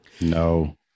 No